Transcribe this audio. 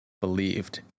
believed